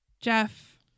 Jeff